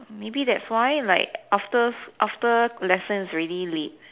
maybe that's why like after sch~ after lessons already late